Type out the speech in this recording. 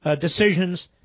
decisions